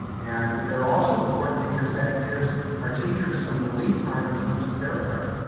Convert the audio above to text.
and they're also important because that gives our teachers some relief time in terms of their prep.